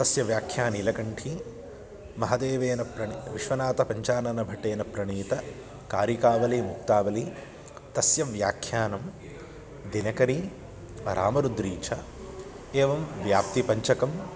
तस्य व्याख्या नीलकण्ठी महदेवेन प्रण विश्वनाथपञ्चाननभट्टेन प्रणीता कारिकावली मुक्तावली तस्य व्याख्यानं दिनकरी रामरुद्री च एवं व्याप्तिपञ्चकं